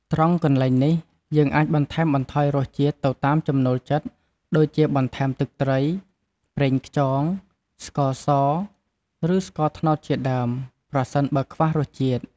ត្រង់កន្លែងនេះ យើងអាចបន្ថែមបន្ថយរសជាតិទៅតាមចំណូលចិត្ត ដូចជា បន្ថែមទឹកត្រី ប្រេងខ្យង ស្ករស ឬ ស្ករត្នោតជាដើម ប្រសិនបើខ្វះរសជាតិ។